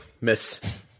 miss